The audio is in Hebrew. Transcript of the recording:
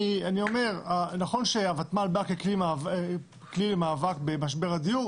נכון שהוותמ"ל באה ככלי למאבק במשבר הדיור,